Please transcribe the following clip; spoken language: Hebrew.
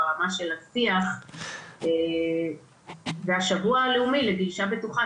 ברמה של השיח והשבוע הלאומי לגלישה בטוחה,